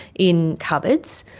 in cupboards,